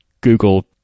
google